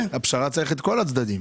בפשרה צריך את כל הצדדים.